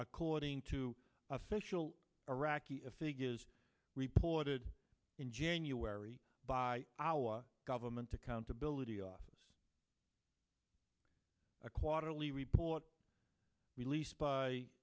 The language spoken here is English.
according to official iraqi a figure is reported in january by our government accountability office a quarterly report released by